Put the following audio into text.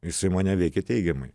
jisai mane veikia teigiamai